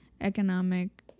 economic